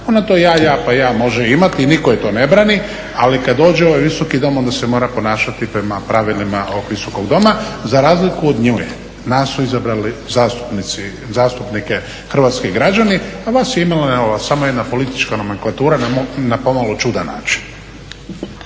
Ona to ja, ja pa ja može imati i nitko to joj ne brani, ali kad dođe u ovaj Visoki dom onda se mora ponašati prema pravilima ovog Visokog doma, za razliku od nje, nas su izabrali, zastupnike, hrvatski građani, a vas je imenovala samo jedna politička … na pomalo čudan način.